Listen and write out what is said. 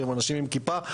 שהם אנשים עם כיפה,